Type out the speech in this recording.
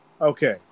Okay